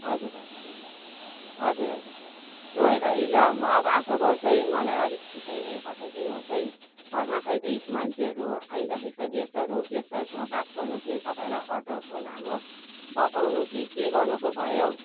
हजुर भाइ हजुर हजुर लु है भाइ ल म अब आशा गर्छु है मलाई अलिक छिटै नै पठाइदिनुहोस् है घरमा खोइ त यी मान्छेहरू आइराखेको छ गेस्टहरू गेस्टहरूसँग बात गर्नु कि तपाईँलाई अर्डरको लामो बताउनु कि के गर्नु पो भयो हौ